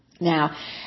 Now